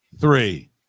three